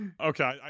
okay